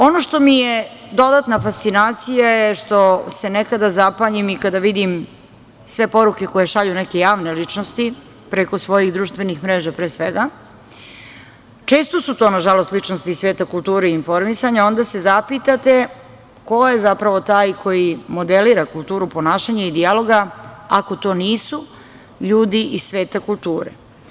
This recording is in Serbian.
Ono što mi je dodatna fascinacija je što se nekada zapanjim i kada vidim sve poruke koje šalju neke javne ličnosti preko svojih društvenih mreža, pre svega, često su to nažalost ličnosti iz sveta kulture i informisanja, onda se zapitate - ko je zapravo taj koji modelira kulturu ponašanja i dijaloga ako to nisu ljudi iz sveta kulture?